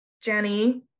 Jenny